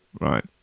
Right